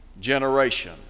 generation